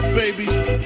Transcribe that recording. Baby